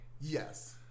Yes